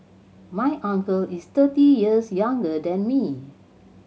my uncle is thirty years younger than me